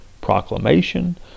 proclamation